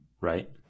right